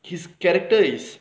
his character is